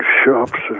shops